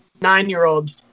nine-year-old